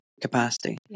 capacity